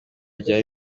byari